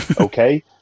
Okay